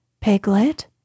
Piglet